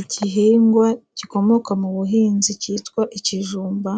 Igihingwa gikomoka mu buhinzi cyitwa ikijumba，